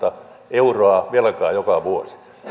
euroa velkaa joka vuosi